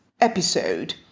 episode